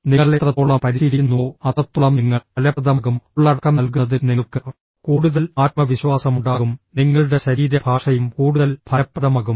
നിങ്ങൾ എത്രത്തോളം പരിശീലിക്കുന്നുവോ അത്രത്തോളം നിങ്ങൾ ഫലപ്രദമാകും ഉള്ളടക്കം നൽകുന്നതിൽ നിങ്ങൾക്ക് കൂടുതൽ ആത്മവിശ്വാസമുണ്ടാകും നിങ്ങളുടെ ശരീരഭാഷയും കൂടുതൽ ഫലപ്രദമാകും